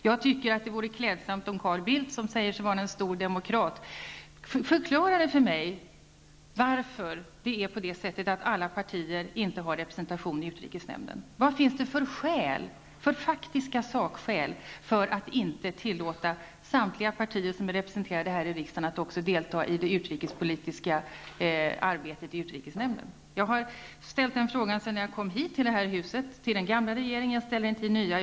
Jag tycker att det vore klädsamt om Carl Bildt, som säger sig vara en stor demokrat, förklarade för mig varför inte alla partier har representation i utrikesnämnden. Vad finns det för sakskäl för att inte tillåta samtliga partier som är representerade här i riksdagen att också delta i det utrikespolitiska arbetet i utrikesnämnden? Jag har ställt den frågan sedan jag kom hit till det här huset. Jag har ställt den till den gamla regeringen, och jag ställer den till den nya.